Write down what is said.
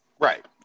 Right